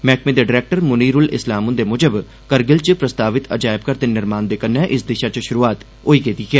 मैहकमे दे डरैक्टर मुनीर उल इस्लाम हंदे मुजब करगिल च प्रस्तावित अजायबघर दे निर्माण दे कन्नै इस दिशा च शुरुआत करी दिती गेई ऐ